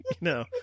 No